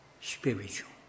spiritual